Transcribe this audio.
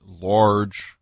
large